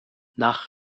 nach